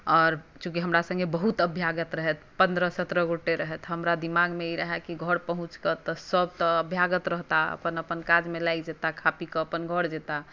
आओर चुकि हमरा सङ्गे बहुत अभ्यागत रहथि पन्द्रह सतरह गोटे रहथि हमरा दिमागमे ई रहय कि घर पहुँच कऽ तऽ सब तऽ अभ्यागत रहताह अपन अपन काजमे लागि जेताह खा पी कऽ अपन घर जेताह